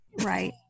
Right